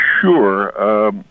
Sure